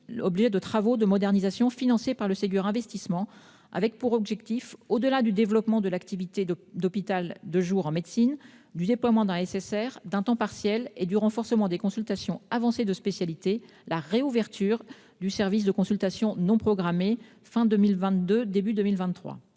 l'objet de travaux de modernisation financés par des investissements du Ségur de la santé avec, pour objectif, au-delà du développement de l'activité d'hôpital de jour en médecine, du déploiement d'un SSR, d'un temps partiel et du renforcement des consultations avancées de spécialité, la réouverture du service des consultations non programmées (CNP) à